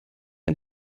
ein